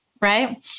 right